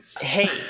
Hey